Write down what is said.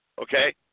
okay